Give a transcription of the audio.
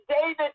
david